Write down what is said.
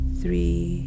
three